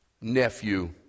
nephew